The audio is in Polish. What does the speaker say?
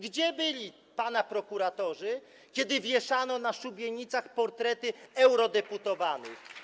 Gdzie byli pana prokuratorzy, kiedy wieszano na szubienicach portrety eurodeputowanych?